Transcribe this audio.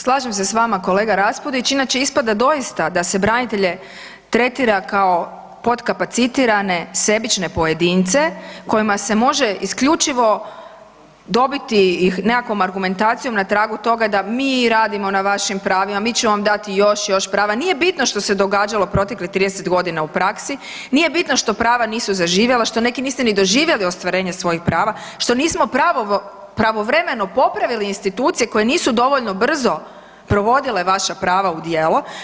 Slažem se s vama kolega Raspudić, inače ispada doista da se branitelje tretira kao potkapacitirane sebične pojedince kojima se može isključivo dobiti i nekakvom argumentacijom na tragu toga da, mi radimo na vašim pravima, mi ćemo vam dati još, još prava, nije bitno što se događalo proteklih 30 godina u praksi, nije bitno što prava nisu zaživjela, što neki nisu ni doživjeli ostvarenje svojih prava, što nismo pravovremeno popravili institucije koje nisu dovoljno brzo provodila vaša prava u djelo.